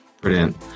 Brilliant